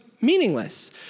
meaningless